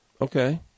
Okay